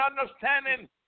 understanding